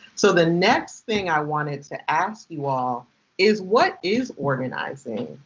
so the next thing i wanted to ask you all is what is organizing?